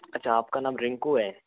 अच्छा आपका नाम रिंकू है